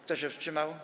Kto się wstrzymał?